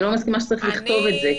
אני לא מסכימה שצריך לכתוב את זה,